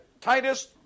Titus